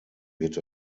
wird